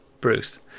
Bruce